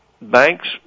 Banks